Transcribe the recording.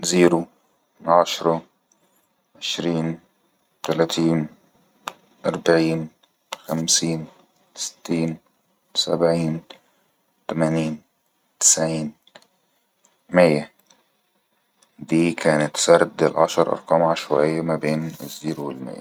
زيرو عشرة عشرين تلاتين اربعين خمسين ستين سبعين تمانين تسعين مية